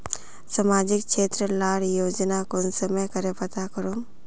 सामाजिक क्षेत्र लार योजना कुंसम करे पता करूम?